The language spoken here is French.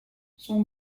son